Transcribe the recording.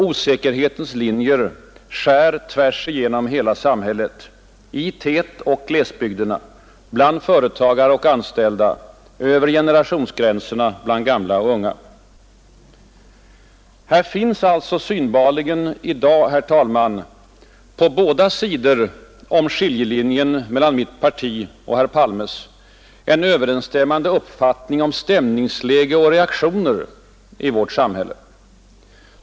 Osäkerhetens linjer skär tvärsigenom hela samhället — i tätoch glesbygderna, bland företagare och anställda, över generationsgränserna, bland gamla och unga. Här finns alltså synbarligen i dag, herr talman, på båda sidor om skiljelinjen mellan mitt parti och herr Palmes en överensstämmande uppfattning om stämningsläge och reaktioner i vårt samhälle.